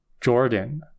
Jordan